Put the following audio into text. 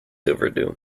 overdue